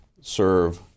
serve